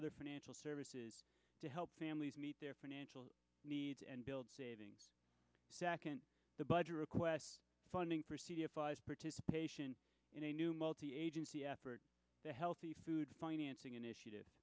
other financial services to help families meet their financial and build savings back in the budget request funding participation in a new multi agency effort the healthy food financing initiative